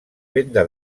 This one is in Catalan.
venda